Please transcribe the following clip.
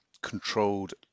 controlled